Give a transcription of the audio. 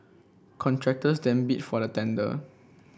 contractors then bid for the tender